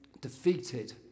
defeated